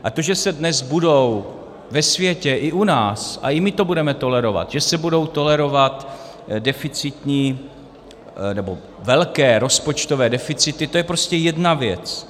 A to, že se dnes budou ve světě i u nás, a i my to budeme tolerovat, že se budou tolerovat deficitní nebo velké rozpočtové deficity, to je prostě jedna věc.